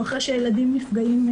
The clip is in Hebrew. או אחרי שילדים נפגעים,